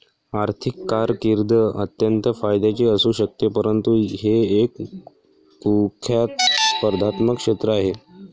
आर्थिक कारकीर्द अत्यंत फायद्याची असू शकते परंतु हे एक कुख्यात स्पर्धात्मक क्षेत्र आहे